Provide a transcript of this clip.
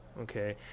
okay